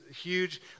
huge